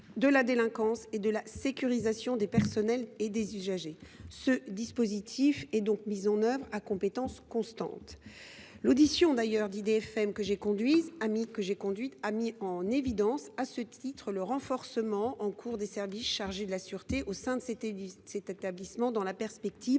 de la délinquance et de sécurisation des personnels et des usagers ». Ce dispositif est donc mis en œuvre à compétences constantes. L’audition des responsables d’IDFM que j’ai conduite a d’ailleurs mis en évidence, à ce titre, le renforcement en cours des services chargés de la sûreté au sein de cet établissement, dans la perspective